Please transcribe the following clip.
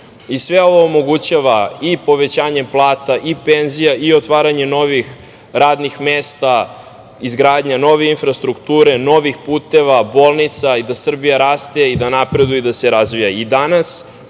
2%.Sve ovo omogućava i povećanje plata i penzija i otvaranje novih radnih mesta, izgradnju nove infrastrukture, novih puteva, bolnica i da Srbija raste i da napreduje i da se razvija. Danas,